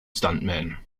stuntman